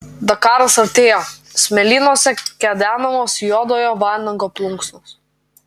dakaras artėja smėlynuose kedenamos juodojo vanago plunksnos